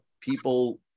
people